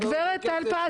הגברת טל פז,